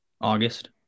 August